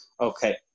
Okay